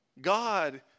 God